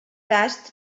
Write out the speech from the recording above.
tast